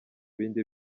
bindi